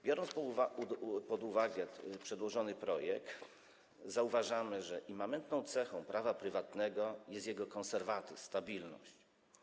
Biorąc pod uwagę przedłożony projekt, zauważamy, że immanentną cechą prawa prywatnego jest jego konserwatyzm, stabilność.